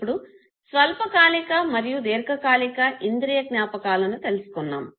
ఇప్పుడు స్వల్ప కాలీక మరియు దీర్ఘ కాలిక ఇంద్రియ జ్ఞాపకాలను తెలుసుకున్నాము